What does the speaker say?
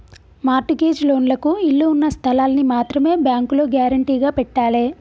mart gauge లోన్లకు ఇళ్ళు ఉన్న స్థలాల్ని మాత్రమే బ్యేంకులో గ్యేరంటీగా పెట్టాలే